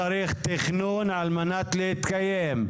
האזרח צריך תכנון על מנת להתקיים,